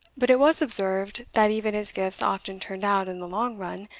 but it was observed that even his gifts often turned out, in the long run,